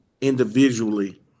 individually